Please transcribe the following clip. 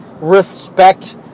respect